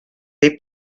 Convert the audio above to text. they